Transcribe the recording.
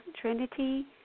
Trinity